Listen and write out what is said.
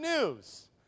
news